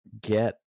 get